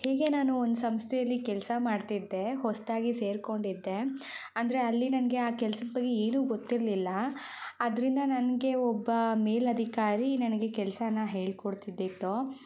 ಹೀಗೆ ನಾನು ಒಂದು ಸಂಸ್ಥೆಯಲ್ಲಿ ಕೆಲಸ ಮಾಡ್ತಿದ್ದೆ ಹೊಸತಾಗಿ ಸೇರಿಕೊಂಡಿದ್ದೆ ಅಂದರೆ ಅಲ್ಲಿ ನನಗೆ ಆ ಕೆಲಸದ ಬಗ್ಗೆ ಏನೂ ಗೊತ್ತಿರಲಿಲ್ಲ ಆದ್ದರಿಂದ ನನಗೆ ಒಬ್ಬ ಮೇಲಾಧಿಕಾರಿ ನನಗೆ ಕೆಲಸನ ಹೇಳ್ಕೊಡ್ತಿದಿದ್ದು